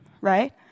right